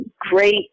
great